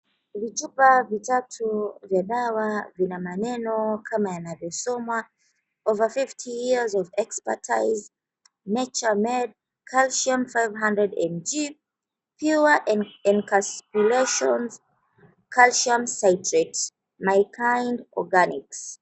Vichupa vitatu vya dawa yana maneno kama yanavyosoma, OVER 50 YEARS OF EXPERTISE, Nature Made, Calcium 500mg, Pure Encapsulation, Calcium citrate.